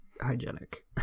hygienic